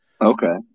Okay